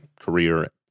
career